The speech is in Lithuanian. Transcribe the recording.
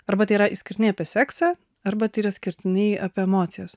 arba yra išskirtinai apie seksą arba tai yra išskirtinai apie emocijas